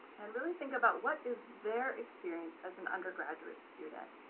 and really think about what is their experience as an undergraduate student